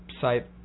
site